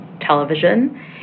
television